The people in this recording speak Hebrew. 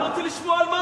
רק רציתי לשמוע על מה,